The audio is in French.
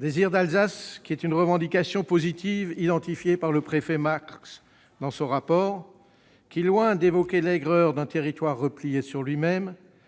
revendication positive, a été identifié par le préfet Marx dans son rapport. Loin d'évoquer l'aigreur d'un territoire replié sur lui-même,